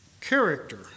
character